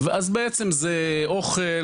אז בעצם זה אוכל,